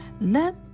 Let